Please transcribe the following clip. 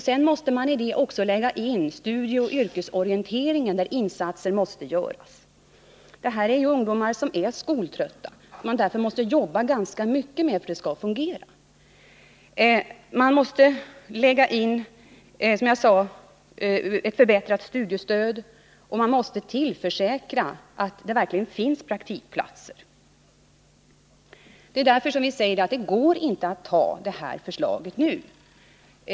Sedan måste man i det lägga in också studieoch yrkesorienteringen, där insatser måste göras. Det handlar här om ungdomar som är skoltrötta och som man inom syo-personalen måste jobba ganska mycket med för att det skall fungera. Man måste, som jag sade, förbättra studiestödet och man måste försäkra sig om att det verkligen finns praktikplatser. Därför säger vi att det inte går att anta det här förslaget.